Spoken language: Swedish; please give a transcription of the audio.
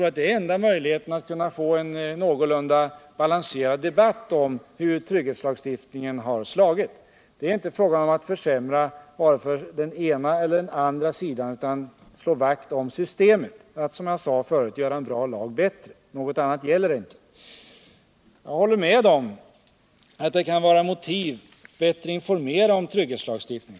Det är enda möjligheten att få en någorlunda balanserad debatt om hur trvgghetslagstiftningen har slagit. Det är inte fråga om utt försämra vare sig för den ena eller den andra sidan utan det gäller att stå vakt om systemet och göra en bra lag bättre. Jag håller med om att det kan finnas motiv för att informera bättre om trygghetslagstiftningen.